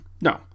No